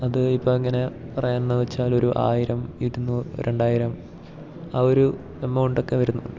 അത് ഇപ്പോൾ അങ്ങനെ പറയാമെന്നു വെച്ചാലൊരു ആയിരം ഇരുന്നൂറ് രണ്ടായിരം ആ ഒരു എമൗണ്ടൊക്കെ വരുന്നു